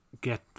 get